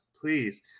please